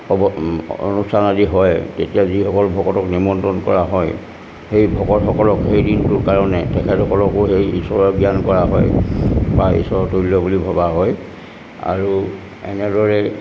হ'ব অনুষ্ঠান আদি হয় তেতিয়া যিসকল ভকতক নিমন্ত্ৰণ কৰা হয় সেই ভকতসকলক সেই দিনটোৰ কাৰণে তেখেতসকলকো এই ঈশ্বৰৰ জ্ঞান কৰা হয় বা ঈশ্বৰৰ তল্য বুলি ভবা হয় আৰু এনেদৰে